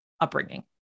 upbringing